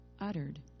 uttered